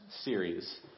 series